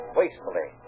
wastefully